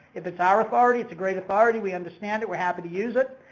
if it's our authority, it's a great authority we understand that we're happy to use it.